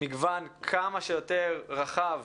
מגוון כמה שיותר רחב